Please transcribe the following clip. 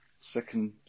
second